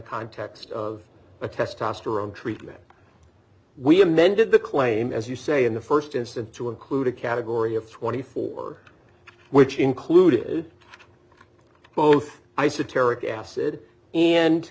context of a testosterone treatment we amended the claim as you say in the st instance to include a category of twenty four which included both